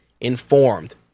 informed